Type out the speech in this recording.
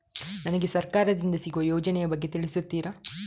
ನನಗೆ ಸರ್ಕಾರ ದಿಂದ ಸಿಗುವ ಯೋಜನೆ ಯ ಬಗ್ಗೆ ತಿಳಿಸುತ್ತೀರಾ?